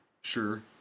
sure